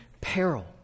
peril